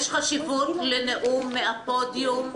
יש חשיבות לנאום מהפודיום.